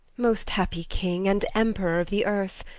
most happy king and emperor of the earth,